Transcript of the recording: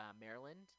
Maryland